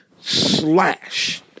slash